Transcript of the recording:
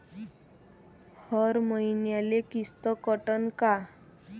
हर मईन्याले किस्त कटन का?